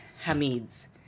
Hamid's